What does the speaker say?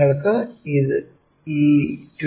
നിങ്ങൾക്ക് ഈ 2